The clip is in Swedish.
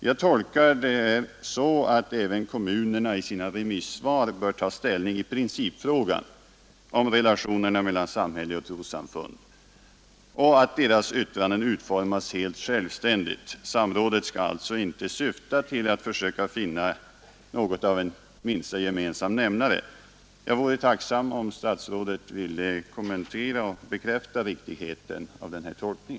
Jag tolkar detta så att även kommunerna i sina remissvar bör ta ställning i principfrågan om relationerna mellan samhälle och trossamfund och att deras yttranden utformas helt självständigt. Samrådet skall alltså inte syfta till att försöka finna något av en minsta gemensamma nämnare. Jag vore tacksam om statsrådet ville kommentera och bekräfta riktigheten av denna tolkning.